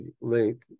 length